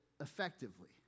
effectively